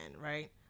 right